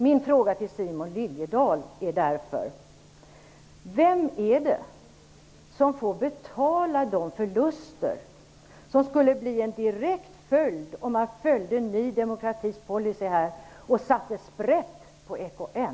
Min fråga till Simon Liliedahl är därför: Vem får betala de förluster som skulle bli en direkt följd om vi följde Ny demokratis policy och satte sprätt på EKN?